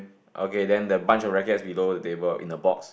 okay then the bunch of rackets below the table in the box